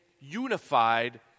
unified